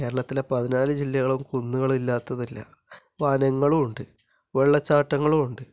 കേരളത്തിലെ പതിനാല് ജില്ലകളും കുന്നുകൾ ഇല്ലാത്തതില്ല വനങ്ങളുമുണ്ട് വെള്ളച്ചാട്ടങ്ങളുമുണ്ട്